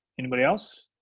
anybody else?